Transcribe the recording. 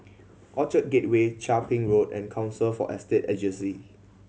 Orchard Gateway Chia Ping Road and Council for Estate Agency